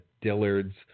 Dillard's